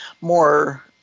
more